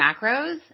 macros